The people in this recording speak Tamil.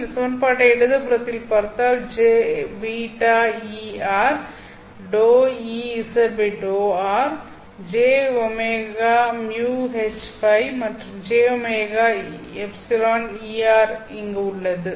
இந்த சமன்பாட்டை இடது புறத்தில் பார்த்தால் jβEr δEzδr jωμHØ மற்றும் jωεEr அங்கு உள்ளது